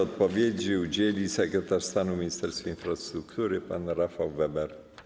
Odpowiedzi udzieli sekretarz stanu w Ministerstwie Infrastruktury pan Rafał Weber.